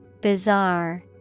Bizarre